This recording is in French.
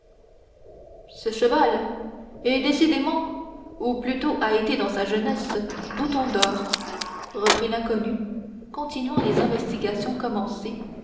ce cheval est décidément ou plutôt a été dans sa jeunesse bouton d'or reprit l'inconnu continuant les investigations commencées